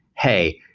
hey,